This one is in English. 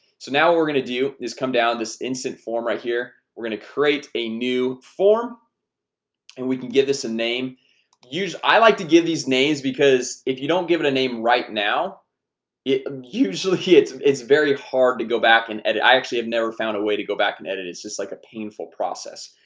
so now we're gonna do is come down this instant form right here. we're gonna create a new form and we can give this a name use. i like to give these names because if you don't give it a name right now it usually hits um it's very hard to go back and i actually have never found a way to go back and edit it's just like a painful process.